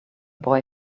boy